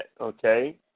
okay